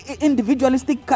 individualistic